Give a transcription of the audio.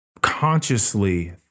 consciously